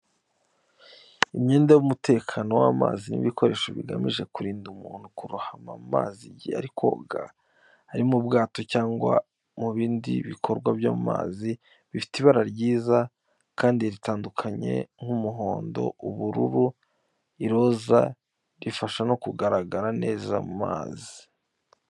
Imyenda y'umutekano w'amazi n'ibikoresho bigamije kurinda umuntu kurohama mu mazi igihe ari koga, ari mu bwato cyangwa mu bindi bikorwa byo mu mazi. Bifite ibara ryiza, kandi ritandukanye nk’umuhondo, ubururu, iroza rifasha no mu kugaragara neza mu mazi.